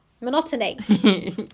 Monotony